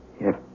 Yes